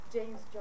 James